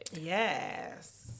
Yes